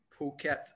Phuket